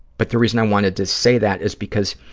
but the reason i wanted to say that is because,